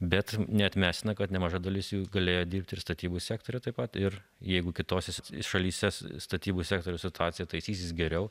bet neatmestina kad nemaža dalis jų galėjo dirbti ir statybų sektoriuj taip pat ir jeigu kitose šalyse statybų sektorių situacija taisysis geriau